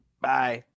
Bye